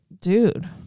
dude